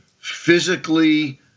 physically